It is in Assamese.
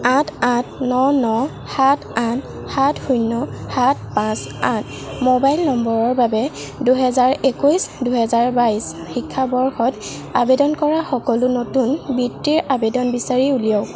আঠ আঠ ন ন সাত আঠ সাত শূন্য় সাত পাঁচ আঠ মোবাইল নম্বৰৰ বাবে দুহেজাৰ একৈছ দুহেজাৰ বাইছ শিক্ষাবৰ্ষত আবেদন কৰা সকলো নতুন বৃত্তিৰ আবেদন বিচাৰি উলিয়াওক